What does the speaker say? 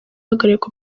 uhagarariye